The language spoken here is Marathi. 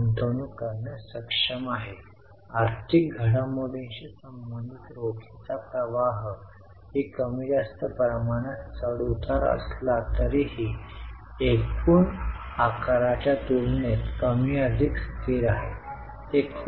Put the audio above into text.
हा शिल्लक बदल आहे खरं तर आमची एकूण रक्कम रोख आणि रोख